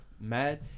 mad